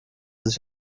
sich